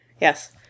Yes